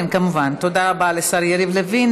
כן, כמובן, תודה רבה לשר יריב לוין.